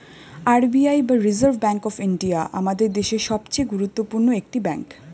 R B I বা reserve bank of India আমাদের দেশের সবচেয়ে গুরুত্বপূর্ণ একটি ব্যাঙ্ক